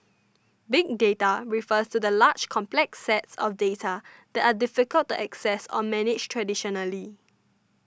big data refers to large complex sets of data that are difficult to access or manage traditionally